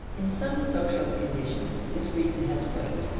in some social conditions, this reason has weight.